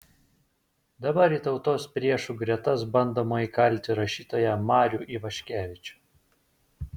dabar į tautos priešų gretas bandoma įkalti rašytoją marių ivaškevičių